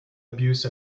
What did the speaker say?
abuse